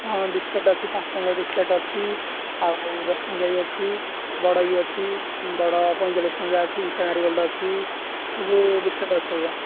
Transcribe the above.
ହଁ ବିସ୍କେଟ୍ ଅଛି ପାଞ୍ଚ ଟଙ୍କିଆ ବିସ୍କେଟ୍ ଅଛି ଆଉ ଦଶ ଟଙ୍କିଆ ବି ଅଛି ବଡ଼ ବି ଅଛି ବଡ଼ ପଇଁଚାଳିଶ ଟଙ୍କିଆ ଅଛି ଭିଟା ମେରି ଗୋଲ୍ଡ ଅଛି ସବୁ ବିସ୍କେଟ୍ ଅଛି ଆଜ୍ଞା